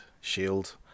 shield